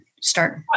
start